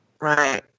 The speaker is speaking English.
Right